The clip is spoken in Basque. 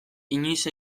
inoiz